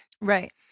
Right